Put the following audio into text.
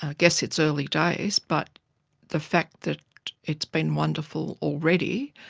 ah guess it's early days, but the fact that it's been wonderful already,